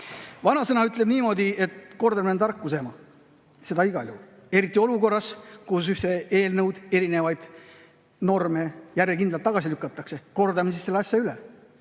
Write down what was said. Vanasõna ütleb niimoodi, et kordamine on tarkuse ema. Seda igal juhul, eriti olukorras, kus ühte eelnõu, erinevaid norme järjekindlalt tagasi lükatakse. Kordame siis selle asja üle.